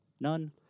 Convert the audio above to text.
None